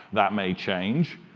that may change.